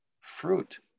fruit